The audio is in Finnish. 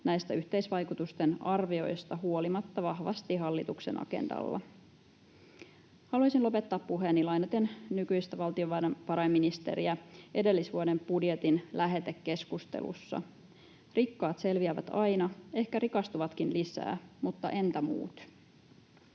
näistä yhteisvaikutusten arvioista huolimatta vahvasti hallituksen agendalla. Haluaisin lopettaa puheeni lainaten nykyistä valtiovarainministeriä edellisvuoden budjetin lähetekeskustelussa: ”Rikkaat selviävät aina, ehkä rikastuvatkin lisää, mutta entä muut?”